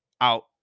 out